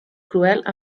cruel